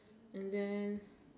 and then